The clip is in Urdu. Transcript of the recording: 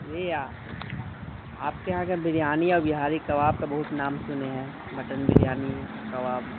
جی آ آپ کے یہاں کے بریانی اور بہاری کباب کا بہت نام سنے ہیں مٹن بریانی کباب